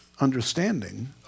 understanding